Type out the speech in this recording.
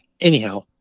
anyhow